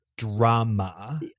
Drama